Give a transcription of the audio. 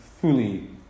fully